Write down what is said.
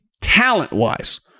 talent-wise